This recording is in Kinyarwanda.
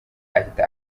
ahita